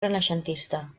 renaixentista